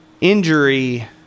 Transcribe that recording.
injury